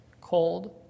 cold